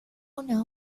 una